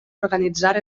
organitzar